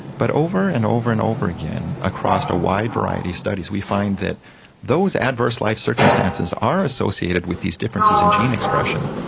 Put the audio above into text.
but over and over and over again across a wide variety of studies we find that those adverse life circumstances are associated with these differences in gene expression,